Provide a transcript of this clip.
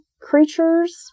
creatures